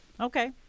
Okay